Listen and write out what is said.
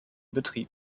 betrieb